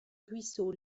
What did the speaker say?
ruisseau